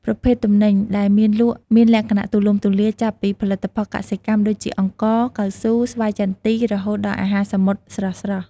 ប្រភេទទំនិញ ដែលមានលក់មានលក្ខណៈទូលំទូលាយ ចាប់ពីផលិតផលកសិកម្មដូចជា អង្ករ កៅស៊ូ ស្វាយចន្ទី រហូតដល់អាហារសមុទ្រស្រស់ៗ។